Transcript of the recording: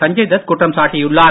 சஞ்சய் தத் குற்றம் சாட்டியுள்ளார்